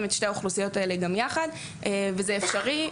את שתי האוכלוסיות האלה גם יחד וזה אפשרי,